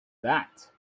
that